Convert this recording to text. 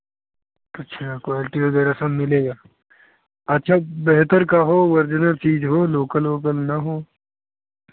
अच्छा क्वालिटी वगैरह सब मिलेगा अच्छा बेहतर का हो वर्ज़िनल चीज़ हो लोकल वोकल ना हो